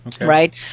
Right